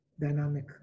dynamic